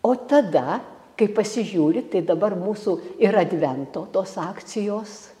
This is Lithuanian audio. o tada kai pasižiūri tai dabar mūsų ir advento tos akcijos